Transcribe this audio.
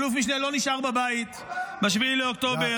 אלוף משנה לא נשאר בבית ב-7 באוקטובר,